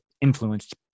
influenced